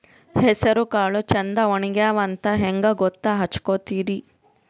ಹೆಸರಕಾಳು ಛಂದ ಒಣಗ್ಯಾವಂತ ಹಂಗ ಗೂತ್ತ ಹಚಗೊತಿರಿ?